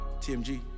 tmg